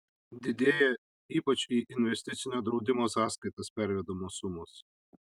didėja ypač į investicinio draudimo sąskaitas pervedamos sumos